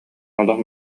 олох